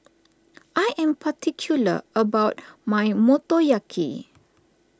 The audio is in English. I am particular about my Motoyaki